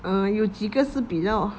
err 有几个是比较